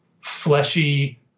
fleshy